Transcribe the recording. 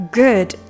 good